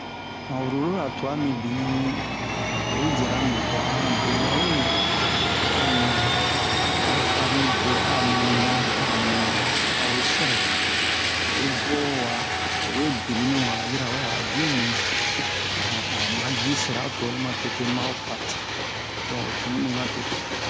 Ha rulora twa mibini oyi diara me to han a benɛ we a nɛ a'o farni dure a mu'ina a mu'ina a we sɛrɛ rɛrɛ oyi bo'o wa o we birini wa yirawe a ho ji mu'i um a'o ma ji sɛra o tonu ma tete ma ho pat don ho cunu mi ma tete